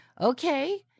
Okay